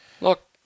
look